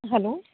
hello